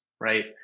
Right